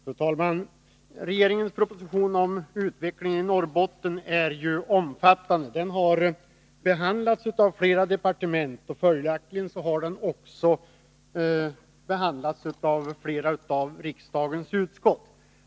Fru talman! Regeringens proposition om utvecklingen i Norrbotten är omfattande. Den har behandlats av flera departement, och följaktligen har den också behandlats av flera av riksdagens utskott.